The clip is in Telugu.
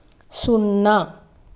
సున్నా